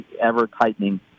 ever-tightening